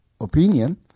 opinion